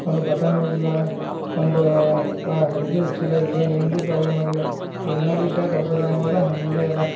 ಒಂದು ಬಟನ್ ಹೋಗಿಲ್ಲ ಒಂದು ಹೊಲಿಗೆ ಹೊಚ್ಚಿಲ್ಲ ಏನು ಏನು ಭಿ ಪ್ರಾಬ್ಲಮ್ ಆಗಿಲ್ಲ ಇನ್ನ ಭಿ ಶರ್ಟ್ ಹೊಸದು ಹ್ಯಾಂಗಿದೆ ಹಾಗೇ ಅದ